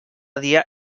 dia